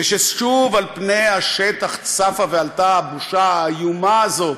ושוב על פני השטח צפה ועלתה הבושה האיומה הזאת,